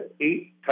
eight